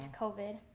COVID